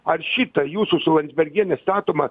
ar šita jūsų su landsbergiene statoma